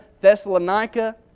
Thessalonica